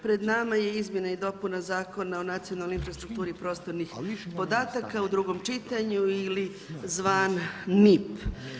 Pred nama je izmjena i dopuna Zakona o nacionalnoj infrastrukturi prostornih podataka u drugom čitanju ili zvan NIP.